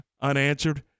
unanswered